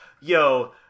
Yo